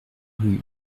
rue